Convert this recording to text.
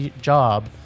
job